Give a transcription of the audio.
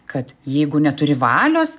kad jeigu neturi valios